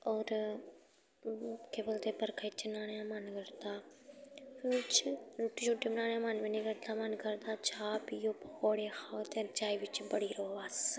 होर केह् बोलदे बरखा च न्हाने दा मन करदा फ्ही ओह्दे च रुट्टी शुट्टी बनाने दा मन बी निं करदा मन करदा चाह् पियो पकौड़े खाओ ते रजाई बिच्च बड़ी रवो बस